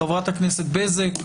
בחברת הכנסת בזק,